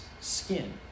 skin